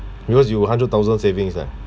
because you got a hundred thousand savings ah